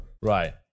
Right